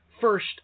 first